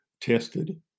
tested